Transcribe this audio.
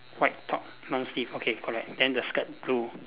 white top long sleeve okay correct then the skirt blue